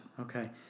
okay